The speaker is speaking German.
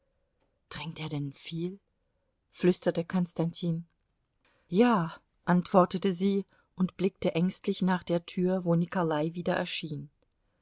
trinkt er denn viel flüsterte konstantin ja antwortete sie und blickte ängstlich nach der tür wo nikolai wieder erschien